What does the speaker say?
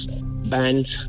bands